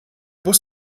bus